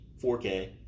4K